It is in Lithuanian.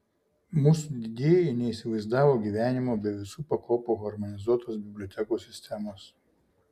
mūsų didieji neįsivaizdavo gyvenimo be visų pakopų harmonizuotos bibliotekų sistemos